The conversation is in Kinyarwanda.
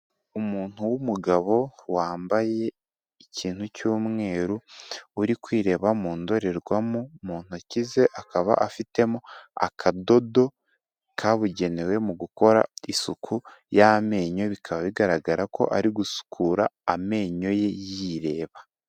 Umuntu w'umugabo wambaye ikintu cy'umweru, uri kwireba mu ndorerwamo, mu ntoki ze akaba afitemo akadodo, kabugenewe mu gukora isuku y'amenyo, bikaba bigaragara ko ari gusukura amenyo ye, yireba.